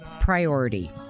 priority